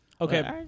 Okay